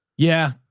yeah.